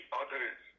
others